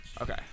Okay